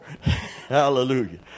Hallelujah